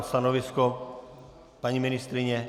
Stanovisko paní ministryně?